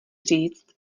říct